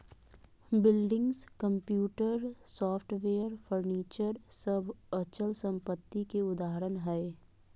buildings, computer, software, furniture सब अचल संपत्ति के उदाहरण हय